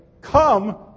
Come